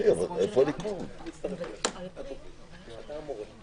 רבותיי, אני רוצה להגיד כמה מילים,